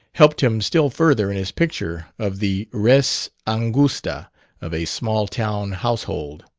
helped him still further in his picture of the res angusta of a small-town household